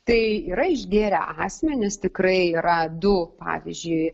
tai yra išgėrę asmenys tikrai yra du pavyzdžiui